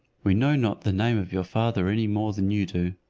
we know not the name of your father any more than you do.